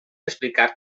explicat